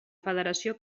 federació